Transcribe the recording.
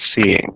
seeing